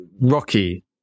rocky